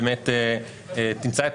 באמת תמצא את,